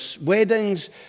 weddings